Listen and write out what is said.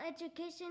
education